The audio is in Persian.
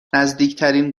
نزدیکترین